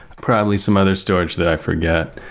probably some other storage that i forget.